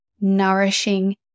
nourishing